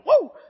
Woo